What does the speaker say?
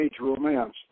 romance